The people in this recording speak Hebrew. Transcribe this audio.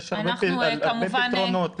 יש הרבה פתרונות.